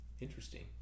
Interesting